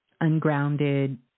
ungrounded